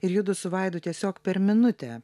ir judu su vaidu tiesiog per minutę